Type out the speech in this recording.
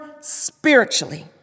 spiritually